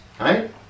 Right